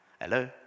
Hello